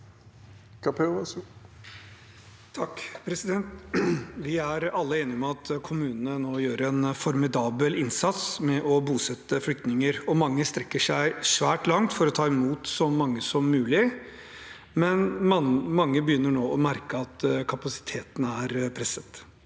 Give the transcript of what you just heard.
(H) Vi er alle enige om at kommunene nå gjør en formidabel innsats med å bosette flyktninger, og mange strekker seg svært langt for å ta imot så mange som mulig. Men mange begynner nå å merke at kapasiteten er presset,